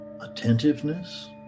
attentiveness